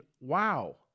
wow